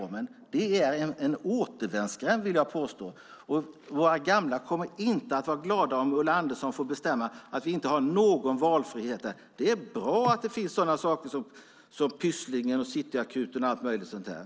Att göra det är, vill jag påstå, detsamma som en återvändsgränd. Våra gamla kommer inte att vara glada över att det - om Ulla Andersson får bestämma - inte finns någon valfrihet. Det är bra att det finns sådant som Pysslingen, Cityakuten etcetera.